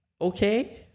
okay